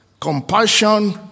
compassion